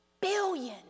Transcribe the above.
billion